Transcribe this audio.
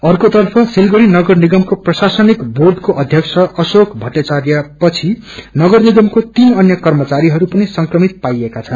अर्कोतर्फ सिलगड़ी नगर निगमको प्रशासनिक बोँडको अध्यक्ष अश्रोक भट्टावार्य पछि नगरिनिगमको तीन अन्य कर्मचारीहरू पनि संक्रमित पाइएको छ